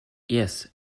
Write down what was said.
yes